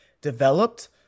developed